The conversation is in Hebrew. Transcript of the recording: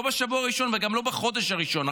לא בשבוע הראשון וגם לא בחודש הראשון.